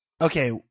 Okay